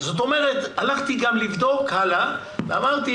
זאת אומרת שגם הלכתי לבדוק הלאה ואמרתי